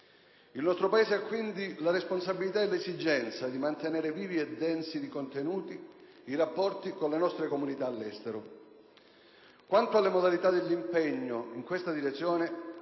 Il nostro Paese ha quindi la responsabilità e l'esigenza di mantenere vivi e densi di contenuti i rapporti con le nostre comunità all'estero. Quanto alle modalità dell'impegno in questa direzione,